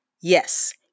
yes